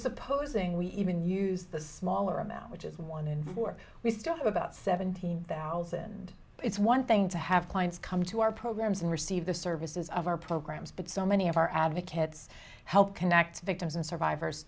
supposing we even use the smaller amount which is one in four we still have about seventeen thousand but it's one thing to have clients come to our programs and receive the services of our programs but so many of our advocates help connect victims and survivors